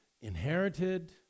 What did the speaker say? inherited